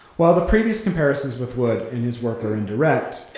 while the previous comparisons with wood and his work are indirect,